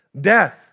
death